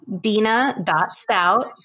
Dina.Stout